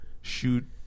shoot